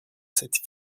cette